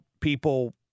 people